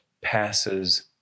passes